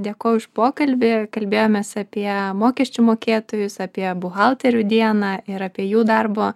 dėkoju už pokalbį kalbėjomės apie mokesčių mokėtojus apie buhalterių dieną ir apie jų darbo